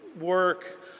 work